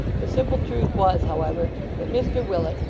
the simple truth was, however, that mr willet,